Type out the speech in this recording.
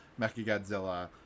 Mechagodzilla